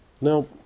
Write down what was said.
Now